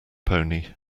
pony